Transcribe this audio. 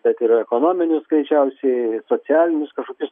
bet ir ekonominius greičiausiai socialinius kažkokius